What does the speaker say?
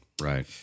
right